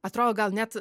atrodo gal net